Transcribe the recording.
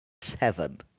seven